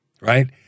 right